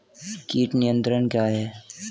कीट नियंत्रण क्या है?